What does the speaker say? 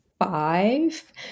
five